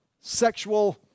sexual